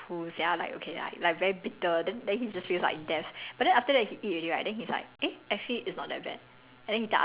ya can you imagine which unlucky bugger go and eat it then like he's like !wah! cool sia like okay like like very bitter then then he just feels like death